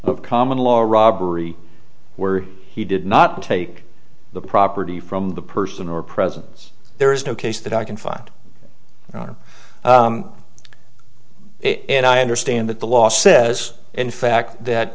of common law robbery were he did not take the property from the person or presence there is no case that i can find it and i understand that the law says in fact that